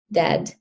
dead